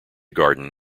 garden